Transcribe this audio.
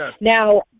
Now